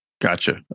Gotcha